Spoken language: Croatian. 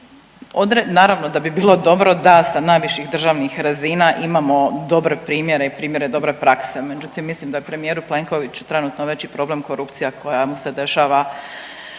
Naravno da bi bilo dobro da sa najviših državnih razina imamo dobre primjere i primjere dobre prakse, međutim mislim da je premijeru Plenkoviću trenutno veći problem korupcija koja mu se dešava